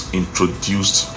introduced